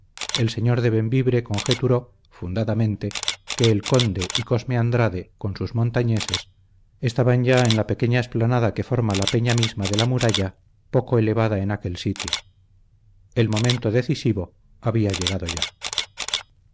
el señor de bembibre conjeturó fundadamente que el conde y cosme andrade con sus montañeses estaban ya en la pequeña explanada que forma la peña misma de la muralla poco elevada en aquel sitio el momento decisivo había llegado ya